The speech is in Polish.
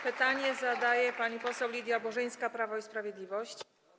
Pytanie zadaje pani poseł Lidia Burzyńska, Prawo i Sprawiedliwość.